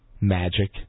magic